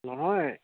নহয়